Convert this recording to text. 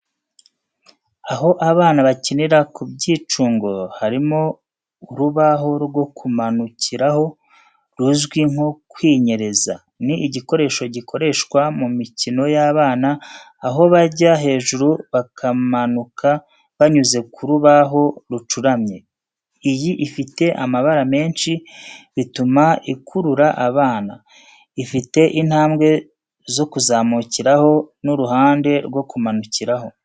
Aho abana bakinira ku byicungo harimo urubaho rwo kumanukiraho ruzwi nko kwinyereza. Ni igikoresho gikoreshwa mu mikino y’abana aho bajya hejuru bakamanuka banyuze ku rubaho rucuramye. Iyi ifite amabara menshi, bituma ikurura abana. Ifite intambwe zo kuzamukiraho n’uruhande rwo kumanukiraho.